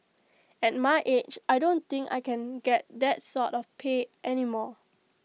at my age I don't think I can get that sort of pay any more